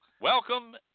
welcome